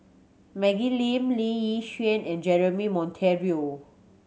Maggie Lim Lee Yi and Jeremy Monteiro